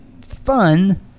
fun